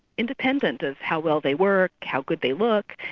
independent of how well they work, how good they look.